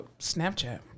Snapchat